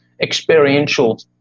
experiential